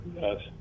yes